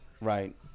Right